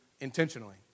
intentionally